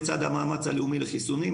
לצד המאמץ הלאומי לחיסונים,